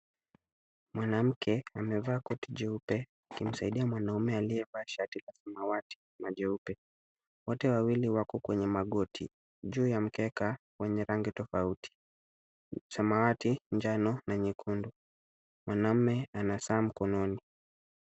Mwanamke amevaa koti jeupe akimsaidia mwanaume aliyevaa shati la samawati na jeupe. Wote wawili wako kwenye magoti juu ya mkeka wenye rangi tofauti. Samawati, njano na nyekundu. Mwanaume ana saa mkononi.